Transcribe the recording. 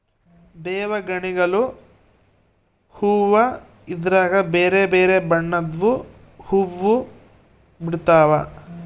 ದೇವಗಣಿಗಲು ಹೂವ್ವ ಇದ್ರಗ ಬೆರೆ ಬೆರೆ ಬಣ್ಣದ್ವು ಹುವ್ವ ಬಿಡ್ತವಾ